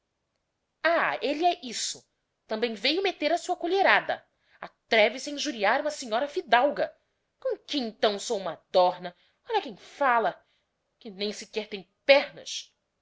ah elle é isso tambem veiu meter a sua colherada atreve se a injuriar uma senhora fidalga com que então sou uma dorna olha quem fala que nem sequer tem pernas